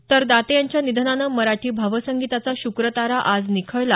तर दाते यांच्या निधनानं मराठी भावसंगीताचा श्क्रतारा आज निखळला